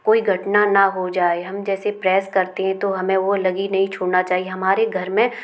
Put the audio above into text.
कोई घटना ना हो जाए हम जैसे प्रेस करते हैं तो हमें तो हमें वो लगी नहीं छोड़ना चाहिए हमारे घर में